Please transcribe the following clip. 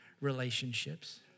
relationships